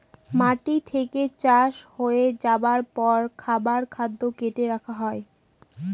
মাটি থেকে চাষ হয়ে যাবার পর খাবার খাদ্য কার্টে রাখা হয়